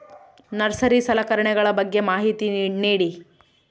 Nursery ಸಲಕರಣೆಗಳ ಬಗ್ಗೆ ಮಾಹಿತಿ ನೇಡಿ?